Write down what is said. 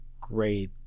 great